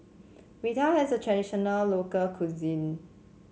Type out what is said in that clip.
raita is a traditional local cuisine